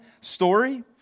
story